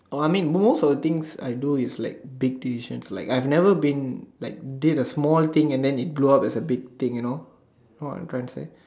oh I mean most of the things I do is like big decisions like I have never been like did a small thing and then it blew up as a big thing you know you know what I'm trying to say